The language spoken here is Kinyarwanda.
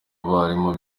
abarimu